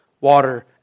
water